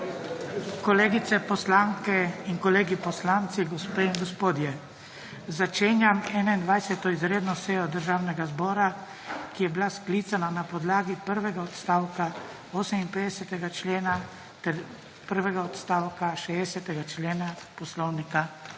kolegice poslanke in kolegi poslanci, gospe in gospodje, začenjam 91. izredno sejo Državnega zbora, ki je bila sklicana na podlagi prvega odstavka 58. člena ter prvega odstavka 60. člena Poslovnika Državnega